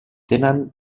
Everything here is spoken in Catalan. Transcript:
tenen